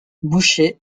boucher